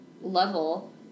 level